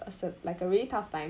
a cer~ like a really tough time